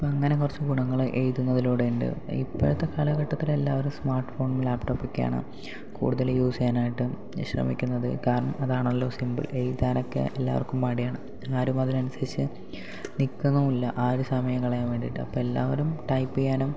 അപ്പോൾ അങ്ങനെ കുറച്ച് ഗുണങ്ങൾ എഴുതുന്നതിലൂടെയുണ്ട് ഇപ്പോഴത്തെ കാലഘട്ടത്തിലെല്ലാവരും സ്മാർട്ട് ഫോൺ ലാപ്ടോപ്പോക്കെയാണ് കൂടുതലും യൂസ് ചെയ്യാനായിട്ടും ശ്രമിക്കുന്നത് കാരണം അതാണല്ലോ സിംപിൾ എഴുതാനൊക്കെ എല്ലാവർക്കും മടിയാണ് ആരും അതിനനുസരിച്ച് നിൽക്കുന്നുമില്ല ആരും സമയം കളയാൻ വേണ്ടീട്ട് അപ്പോൾ എല്ലാവരും ടൈപ്പ് ചെയ്യാനും